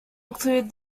include